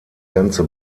ganze